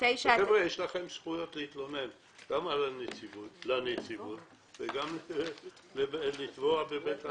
יש לכם זכות להתלונן גם לנציבות וגם לתבוע בבית המשפט.